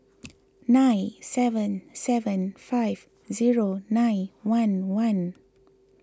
nine seven seven five zero nine one one